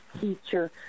teacher